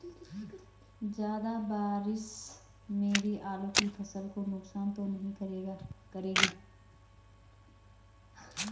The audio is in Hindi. ज़्यादा बारिश मेरी आलू की फसल को नुकसान तो नहीं करेगी?